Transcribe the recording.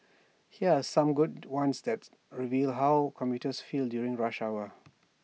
here are some good ones that reveal how commuters feel during rush hour